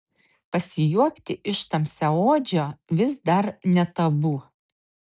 pasijuokti iš tamsiaodžio vis dar ne tabu